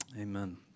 Amen